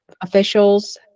officials